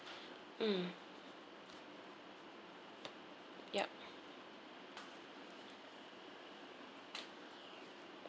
mm yup